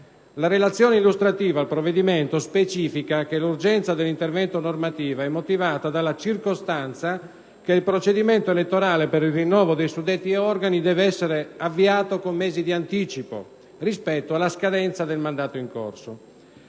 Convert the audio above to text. La relazione illustrativa al provvedimento specifica che l'urgenza dell'intervento normativo è motivata dalla circostanza che il procedimento elettorale per il rinnovo dei suddetti organi deve essere avviato con mesi di anticipo rispetto alla scadenza del mandato in corso.